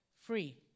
free